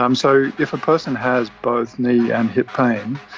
um so if a person has both knee and hip pain,